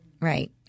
Right